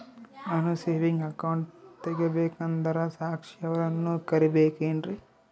ನಾನು saving account ತೆಗಿಬೇಕಂದರ ಸಾಕ್ಷಿಯವರನ್ನು ಕರಿಬೇಕಿನ್ರಿ?